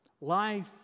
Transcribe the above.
Life